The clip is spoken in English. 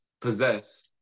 possess